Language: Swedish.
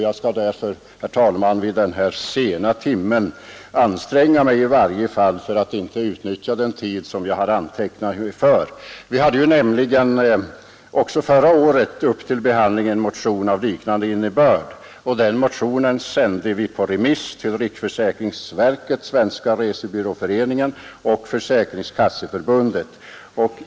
Jag skall därför, herr talman, vid den här sena timmen i varje fall anstränga mig att inte utnyttja den tid som jag har antecknat mig för. Vi hade också förra året uppe till behandling en motion av liknande innebörd, och den sände vi på remiss till riksförsäkringsverket, Svenska resebyråföreningen och Försäkringskasseförbundet.